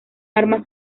arma